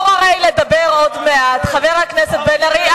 תודה רבה, חבר הכנסת בן-ארי.